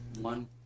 One